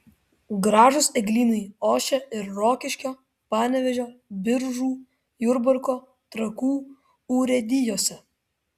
gražūs eglynai ošia ir rokiškio panevėžio biržų jurbarko trakų urėdijose